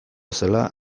zela